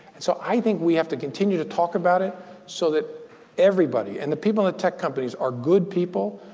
and so, i think we have to continue to talk about it so that everybody and the people at the tech companies are good people.